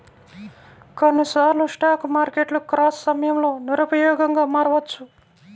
కొన్నిసార్లు స్టాక్ మార్కెట్లు క్రాష్ సమయంలో నిరుపయోగంగా మారవచ్చు